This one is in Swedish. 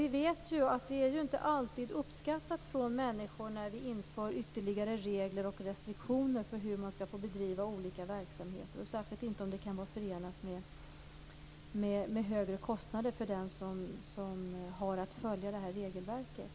Vi vet att det inte alltid är uppskattat bland människor när vi inför ytterligare regler och restriktioner kring hur man skall få bedriva olika verksamheter, särskilt inte om det är förenat med högre kostnader för den som har att följa regelverket.